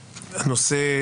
הנושא,